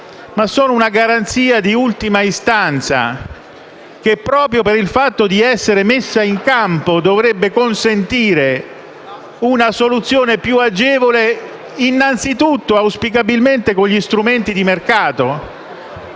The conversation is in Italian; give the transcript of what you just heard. ma sono una garanzia di ultima istanza che, proprio per il fatto di essere messa in campo, dovrebbe consentire una soluzione più agevole innanzitutto e auspicabilmente con gli strumenti di mercato.